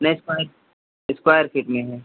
नय square square feet में है